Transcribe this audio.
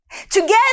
Together